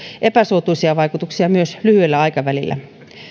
epäsuotuisia vaikutuksia myös lyhyellä aikavälillä